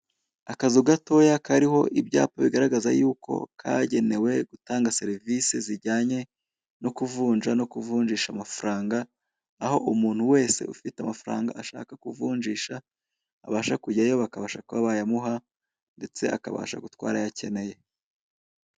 Ahatangirwa serivisi zo kuvunja amafaranga y'amanyamahanga. Buri wese ukeneye serivisi nk'izi arabagana.